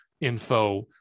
info